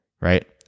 right